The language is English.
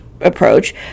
approach